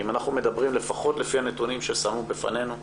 אם אנחנו מדברים לפחות לפי הנתונים ששמו בפנינו הארגונים,